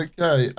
Okay